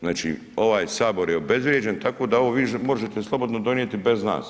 Znači ovaj Sabor je obezvrijeđen tako da ovo vi možete slobodno donijeti bez nas.